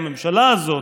הממשלה הזאת,